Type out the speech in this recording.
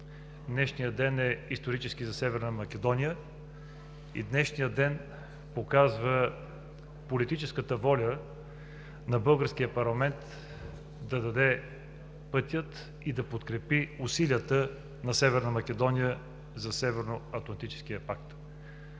Днешният ден е исторически за Северна Македония и показва политическата воля на българския парламент да даде пътя и да подкрепи усилията на Северна Македония за Северноатлантическия пакт.